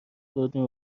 بردیم